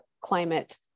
climate